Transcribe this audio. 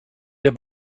der